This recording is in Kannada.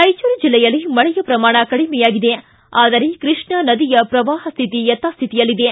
ರಾಯಚೂರು ಜಿಲ್ಲೆಯಲ್ಲಿ ಮಳೆಯ ಪ್ರಮಾಣ ಕಡಿಮೆಯಾಗಿದೆ ಆದರೆ ಕೃಷ್ಣಾ ನದಿಯ ಪ್ರವಾಪ ಶ್ಥಿತಿ ಯಥಾಶ್ಥಿತಿಯಲ್ಲಿದೆ